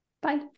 Bye